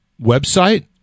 Website